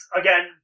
again